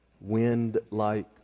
wind-like